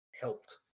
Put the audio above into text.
helped